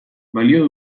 balio